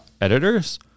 editors